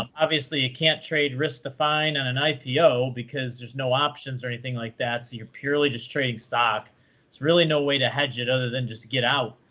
obviously, you can't trade risk define on an ipo, because there's no options or anything like that. so you're purely just trading stock. there's really no way to hedge it other than just get out.